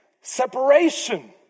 separation